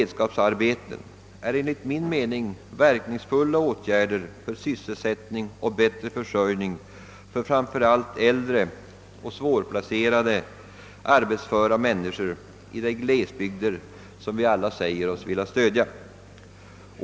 Detta är enligt min mening verkningsfulla åtgärder för bättre sysselsättning och försörjning åt framför allt äldre och svårplacerade arbetsföra människor i de glesbygder som vi alla säger oss vilja stödja.